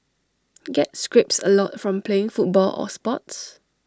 get scrapes A lot from playing football or sports